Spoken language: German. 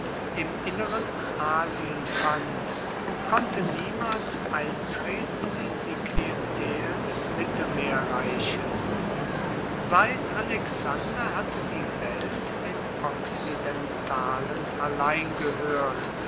im inneren asien fand konnte niemals eintreten in die klientel des mittelmeerreiches seit alexander hatte die welt den okzidentalen allein gehört